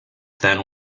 than